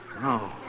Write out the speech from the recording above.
No